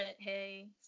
hey